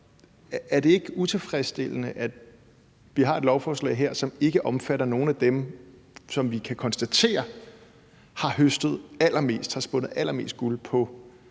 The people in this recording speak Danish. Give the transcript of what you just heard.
er det ikke utilfredsstillende, at vi har et lovforslag her, som ikke omfatter nogen af dem, som vi kan konstatere har høstet allermest og har spundet allermest guld på lige